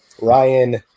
Ryan